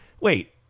wait